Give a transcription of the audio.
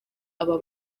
aba